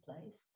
placed